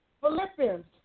Philippians